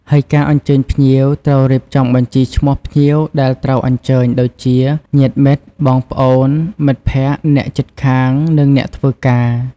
ហើយការអញ្ជើញភ្ញៀវត្រូវរៀបចំបញ្ជីឈ្មោះភ្ញៀវដែលត្រូវអញ្ជើញ ដូចជា ញាតិមិត្ត បងប្អូន មិត្តភក្តិ អ្នកជិតខាង និងអ្នកធ្វើការ។